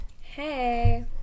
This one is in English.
hey